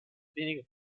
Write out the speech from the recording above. wenige